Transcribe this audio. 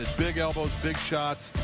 ah big elbows, big shots,